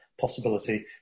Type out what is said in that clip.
possibility